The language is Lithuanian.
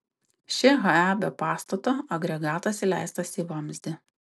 ši he be pastato agregatas įleistas į vamzdį